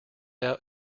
out